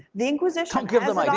the inquistion don't give them like